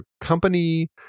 company